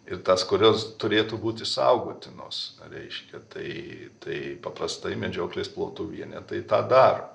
ir tas kurios turėtų būti saugotinos reiškia tai tai paprastai medžioklės plotų vienetai tą daro